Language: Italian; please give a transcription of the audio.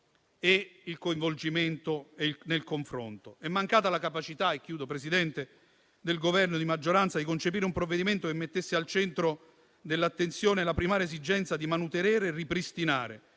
è mancata la capacità del Governo e della maggioranza di concepire un provvedimento che mettesse al centro dell'attenzione la primaria esigenza di manutenere e ripristinare